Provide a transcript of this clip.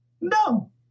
No